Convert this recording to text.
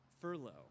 furlough